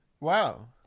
Wow